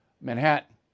Manhattan